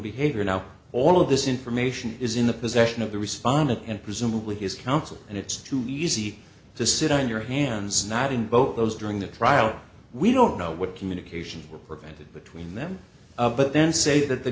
behavior now all of this information is in the possession of the responded and presumably his counsel and it's too easy to sit on your hands not in both those during the trial we don't know what communications were prevented between them but then say that the